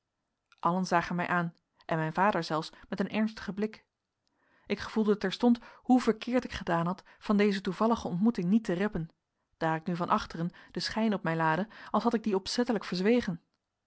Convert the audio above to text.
allen zagen mij aan en mijn vader zelfs met een ernstigen blik ik gevoelde terstond hoe verkeerd ik gedaan had van deze toevallige ontmoeting niet te reppen daar ik nu van achteren den schijn op mij laadde als had ik die opzettelijk verzwegen